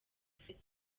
facebook